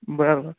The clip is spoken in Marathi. बरं बर